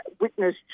Witness